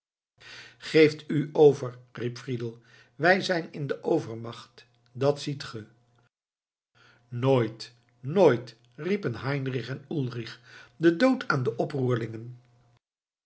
geeft u over riep friedel wij zijn in de overmacht dat ziet ge nooit nooit riepen heinrich en ulrich den dood aan de